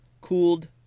cooled